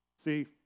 See